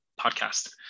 podcast